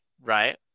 right